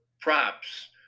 props